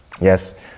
Yes